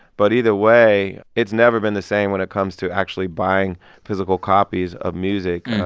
but either way, it's never been the same when it comes to actually buying physical copies of music.